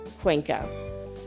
Cuenca